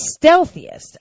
stealthiest